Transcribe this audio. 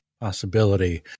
possibility